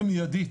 הרבה יהודים,